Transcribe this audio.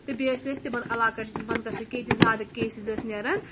تہٕ بیٚیہِ ٲسۍ نہٕ أسۍ تِمن علاقَن منٛز گژھان کیٚنٛہہ یِیتہِ زیادٕ کیسز ٲسۍ نیران